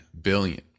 billion